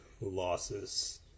losses